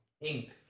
ink